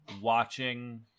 watching